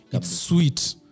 sweet